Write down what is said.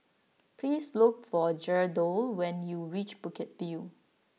please look for Geraldo when you reach Bukit View